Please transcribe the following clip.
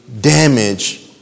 damage